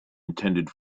intended